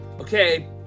Okay